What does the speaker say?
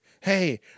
Hey